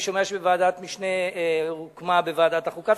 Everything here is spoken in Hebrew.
אני שומע שוועדת משנה הוקמה בוועדת החוקה,